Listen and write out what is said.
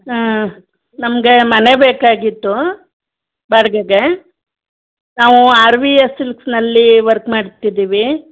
ಹಾಂ ನಮಗೆ ಮನೆ ಬೇಕಾಗಿತ್ತು ಬಾಡಿಗೆಗೆ ನಾವು ಆರ್ ವಿ ಎ ಸಿಲ್ಕ್ಸ್ನಲ್ಲಿ ವರ್ಕ್ ಮಾಡ್ತಿದ್ದೀವಿ